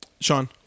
Sean